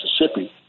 Mississippi